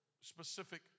specific